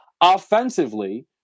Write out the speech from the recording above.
offensively